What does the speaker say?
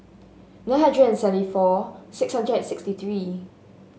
nine hundred and seventy four six hundred and sixty three